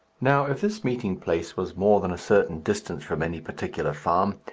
now, if this meeting place was more than a certain distance from any particular farm,